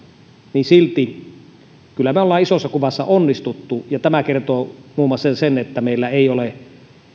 niin silti kyllä me olemme isossa kuvassa onnistuneet ja tästä kertoo muun muassa se että meillä ei ole